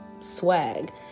swag